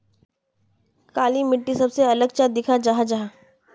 काली मिट्टी सबसे अलग चाँ दिखा जाहा जाहा?